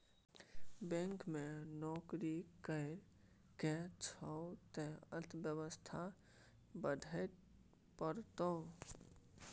bank मे नौकरी करय केर छौ त अर्थव्यवस्था पढ़हे परतौ